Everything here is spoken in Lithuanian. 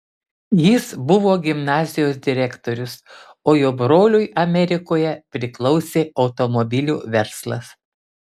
jis buvo gimnazijos direktorius o jo broliui amerikoje priklausė automobilių verslas